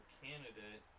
candidate